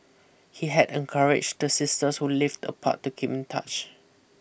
he had encouraged the sisters who lived apart to keep in touch